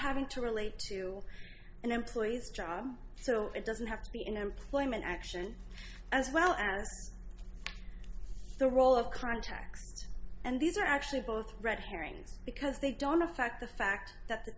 having to relate to an employee's job so it doesn't have to be an employment action as well as the role of contacts and these are actually both red herrings because they don't affect the fact that the